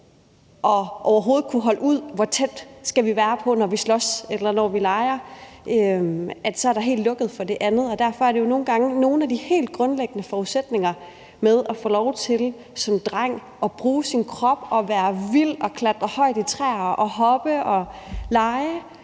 at forholde sig til, hvor tæt man kan være på at slås, når man leger, og så er der helt lukket for det andet. Nogle gange er det de her helt grundlæggende ting som at få lov til som dreng at bruge sin krop, at være vild, klatre højt i træer, hoppe og lege,